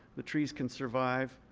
the trees can survive